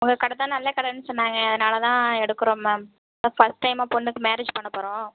உங்கக்கடை தான் நல்ல கடைன்னு சொன்னாங்க அதனால் தான் எடுக்கிறோம் மேம் ஃபஸ்ட் டைமா பொண்ணுக்கு மேரேஜ் பண்ணப்போகிறோம்